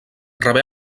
rebé